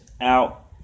out